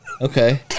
Okay